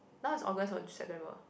now is August or September